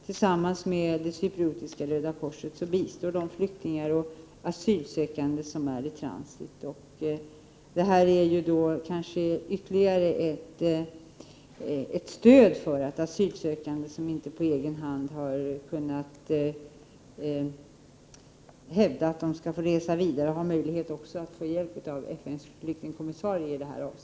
Tillsammans med det cypriotiska Röda Korset bistår man flyktingar och asylsökande som är i transit. Detta är då kanske ytterligare ett stöd för att de asylsökande som inte på egen hand har kunnat hävda att få resa vidare har möjlighet att få hjälp av FN:s flyktingkommissariat.